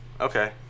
Okay